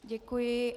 Děkuji.